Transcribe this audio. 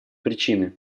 причины